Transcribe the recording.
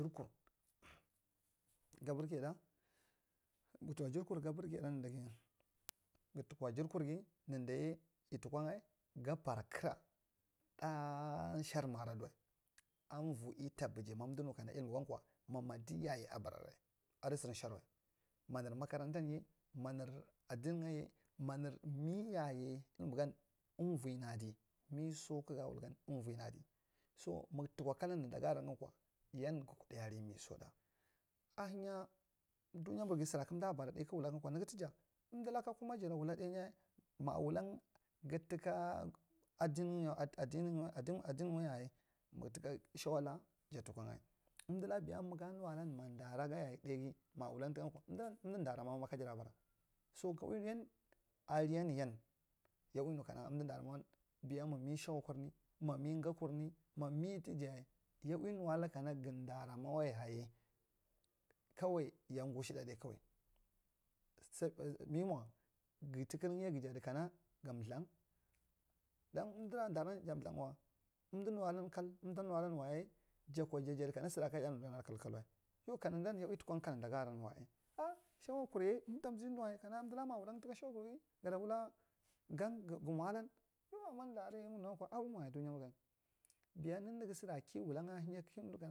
Jirkur, ga brage thāgth, maga tuko jirikur ga brage thāgth kana, gatuko jiri ghi neda gotu ga gaba kra thāgth sharimadu amvi tabeji ma umdunu kama ilmagon kwa ma madiyaye abare maner makarantanya maner adingan ye maner meyaye kane gan umvo neadi meso kage wulgan umvone adi sa maga tuko kalar nenda yaran ko yan ga kude meso ala, ahenya duye marghi sira kamda bara thāgth ne ko ne ghi tija, umdulaka kuma gata wula thāgth na, maja wulan gatika adin yaye shawalaka jatikogh, umtulaka maja wula madara gan yaye thāgthghi mawulan tikan ko umdi dara magon ma kajara bara, so gauwiyan ali yan ya uwi nuka umdu daran shawa kurin ma me gar kume memetija yaye ya uwi nuwalage kama gudarama waye kawa yagushe da thagth kawa me mo gutukra gujadi kagumthugh dom umdura mdaran jathurgthwa umdu nuwa lan kad umta nuwalan wa yaye jako jajach kana sigan kadkal wa ya kane gam yauwi tukan kane gan wa, ‘a’ shawa karye umtazimu wa kana umdale ma wuri tika shrwa kurgah jahmu kana gamo alay yau ne da aram ye manuwa lam akwi moye dukigan.